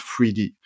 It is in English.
3D